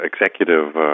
executive